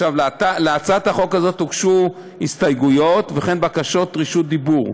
להצעת החוק הוגשו הסתייגויות ובקשות רשות דיבור.